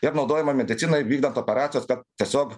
ir naudojama medicinoj vykdant operacijas kad tiesiog